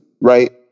Right